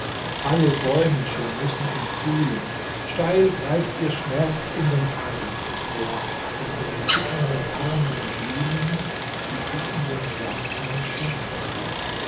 alle bäume schon müssen ihn fühlen steil greift ihr schmerz in den abend empor und mit den zitternden armen wühlen sie sich in den samtenen